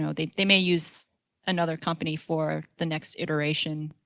know, they they may use another company for the next iteration